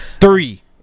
Three